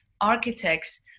architects